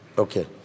Okay